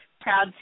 proud